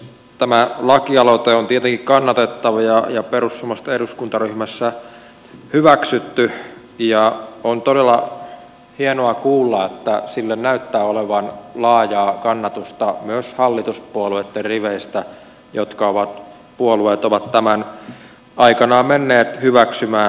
tämä lakialoite on tietenkin kannatettava ja perussuomalaisten eduskuntaryhmässä hyväksytty ja on todella hienoa kuulla että sille näyttää olevan laajaa kannatusta myös hallituspuolueitten riveissä jotka puolueet ovat tämän lain aikanaan menneet hyväksymään